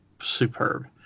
superb